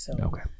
Okay